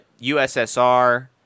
USSR